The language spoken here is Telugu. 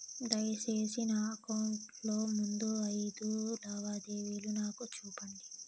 దయసేసి నా అకౌంట్ లో ముందు అయిదు లావాదేవీలు నాకు చూపండి